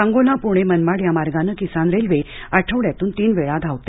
सांगोला प्रणे मनमाड या मार्गाने किसान रेल्वे आठवड्यातून तीन वेळा धावते